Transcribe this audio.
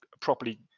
properly